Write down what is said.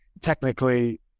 technically